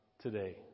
today